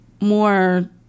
more